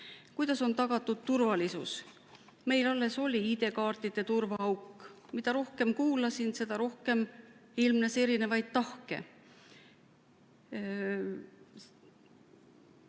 Kuidas on tagatud turvalisus? Meil alles oli ID‑kaartide turvaauk. Mida rohkem kuulasin, seda rohkem ilmnes erinevaid tahke.